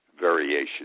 variation